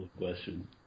question